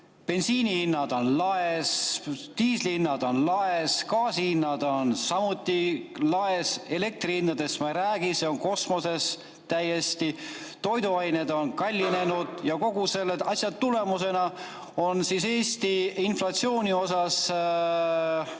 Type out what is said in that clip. bensiinihinnad laes, diislihinnad on laes, gaasihinnad on samuti laes, elektrihindadest ma ei räägigi, need on kosmoses täiesti. Toiduained on kallinenud ja kõige selle tulemusena on Eesti inflatsioon –